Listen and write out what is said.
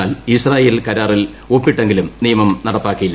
എന്നാൽ ഇസ്രായേൽ കരാറിൽ ഒപ്പിട്ടെങ്കിലും നിയമം നടപ്പാക്കിയില്ല